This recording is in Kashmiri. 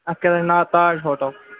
اَتھ کیٛاہ سا چھُ ناو تاج ہوٹَل